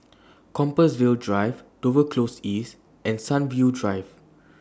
Compassvale Drive Dover Close East and Sunview Drive